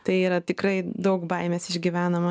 tai yra tikrai daug baimės išgyvenama